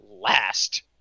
last